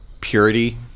purity